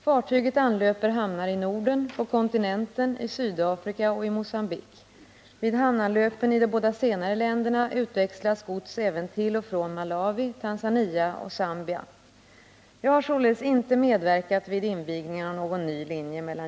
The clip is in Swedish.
Fartyget anlöper hamnar i de båda senare länderna utväxlas gods även till och från Malawi, Tanzania Tisdagen den och Zambia. 17 april 1979 Jag har således inte medverkat vid invigningen av någon ny linje mellan